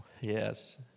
yes